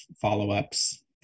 follow-ups